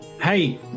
Hey